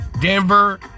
Denver